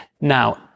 Now